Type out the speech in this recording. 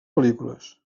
pel·lícules